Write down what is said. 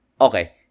Okay